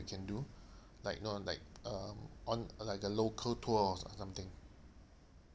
can do like you know like um on like a local tour or something